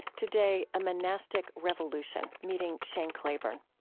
today, a monastic revolution meeting shane claiborne.